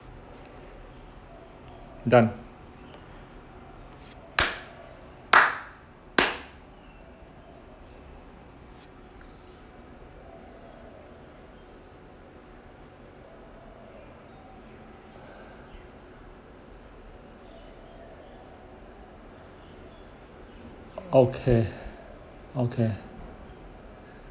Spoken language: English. done okay okay